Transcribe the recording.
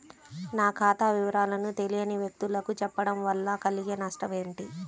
నా ఖాతా వివరాలను తెలియని వ్యక్తులకు చెప్పడం వల్ల కలిగే నష్టమేంటి?